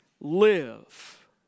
live